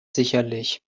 sicherlich